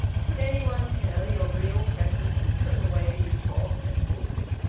could anyone tell your real preferences from the way you talked and looked?